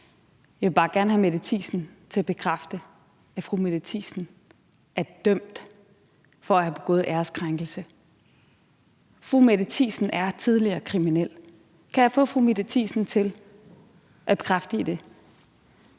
Jeg vil bare gerne have fru Mette Thiesen til at bekræfte, at fru Mette Thiesen er dømt for at have begået æreskrænkelse. Fru Mette Thiesen er tidligere kriminel. Kan jeg få fru Mette Thiesen til at bekræfte det?